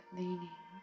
leaning